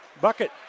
bucket